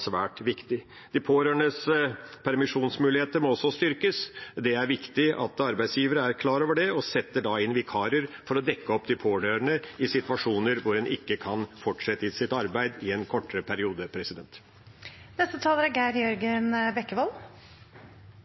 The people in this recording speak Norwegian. svært viktig. De pårørendes permisjonsmuligheter må også styrkes. Det er viktig at arbeidsgiver er klar over det og setter inn vikarer for å dekke opp de pårørende i situasjoner hvor en ikke kan fortsette i sitt arbeid i en kortere periode. Bare for å svare opp representanten Lundteigens skuffelse over at dette er